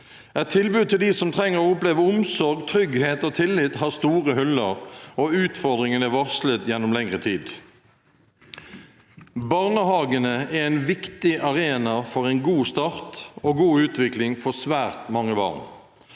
Et tilbud til dem som trenger å oppleve omsorg, trygghet og tillit, har store huller, og utfordringene er varslet gjennom lengre tid. Barnehagene er en viktig arena for en god start og en god utvikling for svært mange barn.